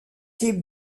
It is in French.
type